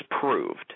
proved